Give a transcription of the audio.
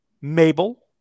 Mabel